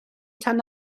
tan